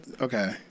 Okay